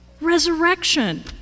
resurrection